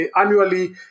annually